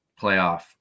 playoff